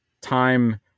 time